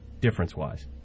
difference-wise